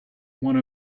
one